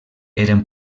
eren